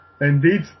Indeed